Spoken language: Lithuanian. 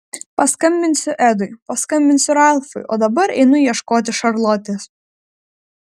paskambinsiu edui paskambinsiu ralfui o dabar einu ieškoti šarlotės